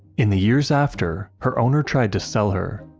in the years after, her owner tried to sell her,